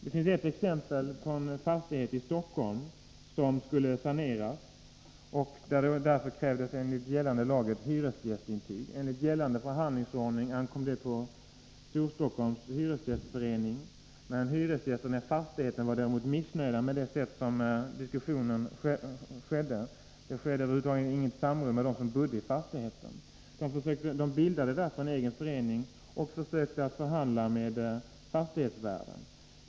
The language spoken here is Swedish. Det finns ett exempel från en fastighet i Stockholm som skulle saneras och där det därför, enligt gällande lag, krävdes ett hyresgästintyg. Enligt gällande förhandlingsordning ankom denna fråga på Storstockholms hyresgästförening. Hyresgästerna i fastigheten var missnöjda med det sätt på vilket diskussionen skedde. Det förekom över huvud taget inget samråd med dem som bodde i fastigheten. De bildade därför en egen förening och försökte förhandla med värden för fastigheten.